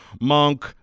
Monk